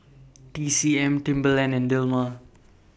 T C M Timberland and Dilmah